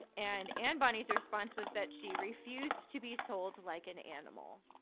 and anne bonny's response was that she refused to be sold like an animal.